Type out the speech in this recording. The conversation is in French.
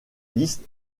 liste